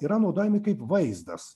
yra naudojami kaip vaizdas